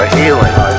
healing